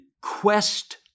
quest